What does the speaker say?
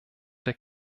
der